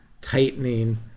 tightening